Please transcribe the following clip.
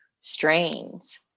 strains